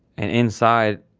and, inside,